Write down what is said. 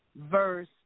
verse